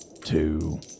two